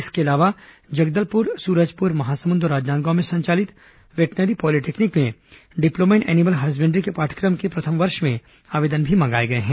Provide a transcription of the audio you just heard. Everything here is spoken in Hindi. इसके अलावा जगदलपुर सूरजपुर महासमुद और राजनांदगांव में संचालित वेटनरी पॉलीटेक्निक में डिप्लोमा इन एनीमल हसबेंड्री के पाठ्यक्रम के प्रथम वर्ष में आवेदन भी मंगाए गए हैं